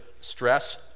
stress